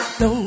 no